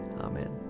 Amen